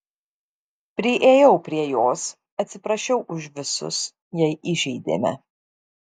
priėjau prie jos atsiprašiau už visus jei įžeidėme